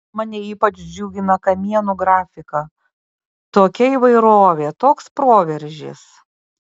mane ypač džiugina kamienų grafika tokia įvairovė toks proveržis